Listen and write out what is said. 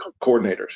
coordinators